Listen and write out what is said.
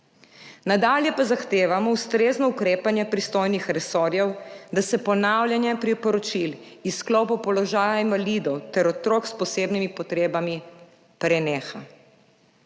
Nadalje pa zahtevamo ustrezno ukrepanje pristojnih resorjev, da se preneha ponavljanje priporočil iz sklopov položaja invalidov ter otrok s posebnimi potrebami.